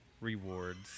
rewards